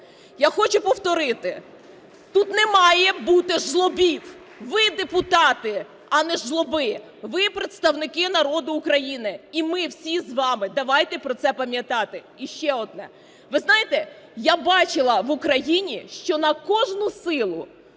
Я хочу повторити, тут не має бути жлобів. Ви – депутати, а не жлоби! Ви – представники народу України. І ми всі з вами давайте про це пам'ятати. І ще одне. Ви знаєте, я бачила в Україні, що на кожну силу